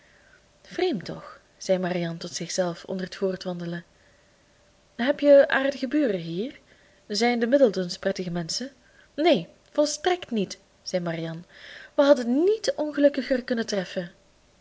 vreemd toch zei marianne tot zichzelf onder t voortwandelen heb je aardige buren hier zijn de middleton's prettige menschen neen volstrekt niet zei marianne we hadden t niet ongelukkiger kunnen treffen